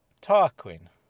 Tarquin